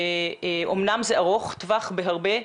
אמנם זה ארוך טווח בהרבה.